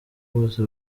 bwose